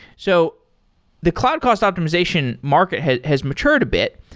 so the cloud cost optimization market has has matured a bit,